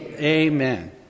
Amen